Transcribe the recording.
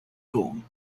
gone